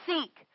Seek